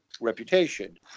reputation